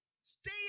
stay